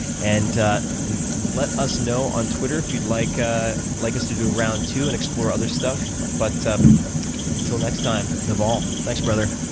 and let us know on twitter if you'd like ah like us to do a round two and explore other stuff. but until next time naval, thanks brother.